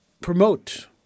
promote